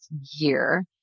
year